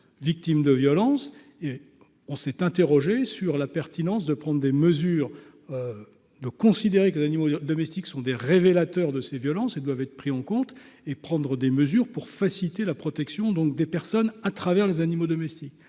victimes de violences et on s'est interrogé sur la pertinence de prendre des mesures de considérer que d'animaux domestiques sont des révélateurs de ces violences, ils doivent être pris en compte et prendre des mesures pour faciliter la protection donc des personnes à travers les animaux domestiques,